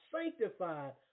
sanctified